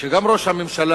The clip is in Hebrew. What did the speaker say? התבשרנו שגם ראש הממשלה